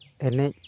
ᱮᱱᱮᱡ